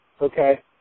okay